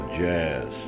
jazz